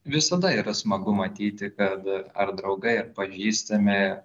visada yra smagu matyti kad ar draugai ar pažįstami